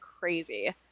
crazy